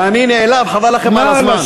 ואני נעלב, חבל לכם על הזמן.